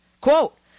Quote